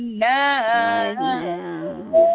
now